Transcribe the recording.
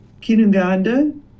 Kinuganda